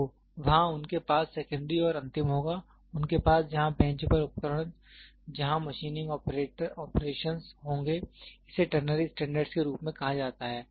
तो वहां उनके पास सेकेंड्री और अंतिम होगा उनके पास जहां बेंच पर उपकरण जहां मशीनिंग ऑपरेशन होंगे इसे टरनरी स्टैंडर्ड के रूप में कहा जाता है